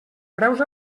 preus